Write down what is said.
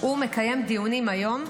הוא מקיים דיונים היום.